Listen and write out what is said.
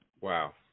Wow